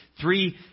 three